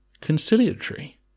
conciliatory